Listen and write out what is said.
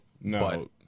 No